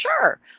sure